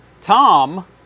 Tom